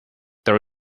there